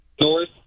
North